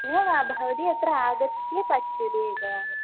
एवं वा भवती अत्र आगत्य पश्यतु एकवारम्